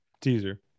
teaser